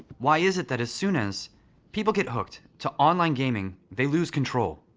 why is it that as soon as people get hooked to online gaming, they loose control?